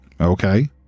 Okay